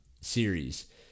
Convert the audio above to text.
series